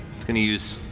it's going to use